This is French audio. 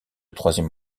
troisième